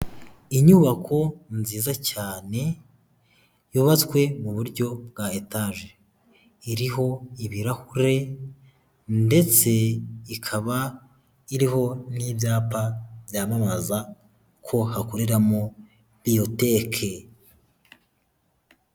Inyubako nziza cyane, yubatswe mu buryo bwa etaje, iriho ibirahure ndetse ikaba iriho n'ibyapa by'amamaza ko hakoreramo Biontech.